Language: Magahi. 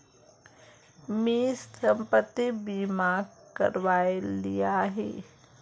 मी संपत्ति बीमा करवाए लियाही